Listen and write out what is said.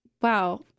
wow